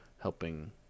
helping